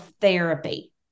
therapy